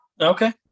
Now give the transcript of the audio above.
Okay